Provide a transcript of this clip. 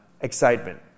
excitement